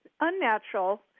unnatural